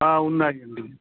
ఉన్నాయండి